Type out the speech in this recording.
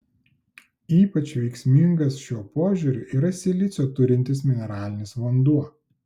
ypač veiksmingas šiuo požiūriu yra silicio turintis mineralinis vanduo